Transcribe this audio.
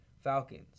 Falcons